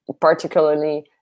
particularly